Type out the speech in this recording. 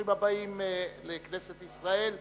ברוכים הבאים אל כנסת ישראל.